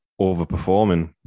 overperforming